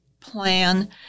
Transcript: plan